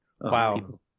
Wow